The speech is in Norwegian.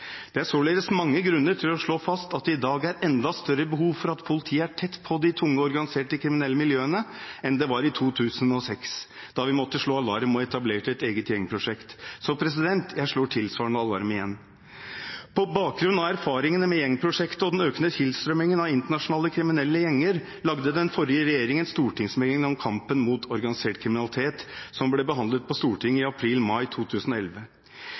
Det er således mange grunner til å slå fast at det i dag er enda større behov for at politiet er tett på de tunge, organiserte kriminelle miljøene enn det var i 2006, da vi måtte slå alarm og etablerte et eget gjengprosjekt. Så jeg slår tilsvarende alarm igjen. På bakgrunn av erfaringene med gjengprosjektet og den økende tilstrømningen av internasjonale kriminelle gjenger lagde den forrige regjeringen stortingsmeldingen om kampen mot organisert kriminalitet, som ble behandlet på Stortinget i april–mai 2011.